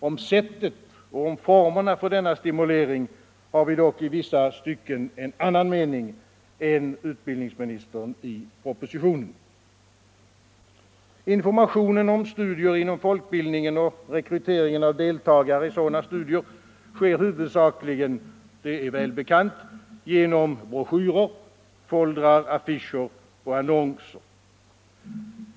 Om sättet och om formerna för denna stimulans har vi dock i vissa stycken en annan mening än den utbildningsministern framför i propositionen. Informationen om studier inom folkbildningen och rekryteringen av deltagare i sådana studier sker huvudsakligen — det är välbekant — genom broschyrer, foldrar, affischer och annonser.